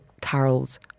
Carol's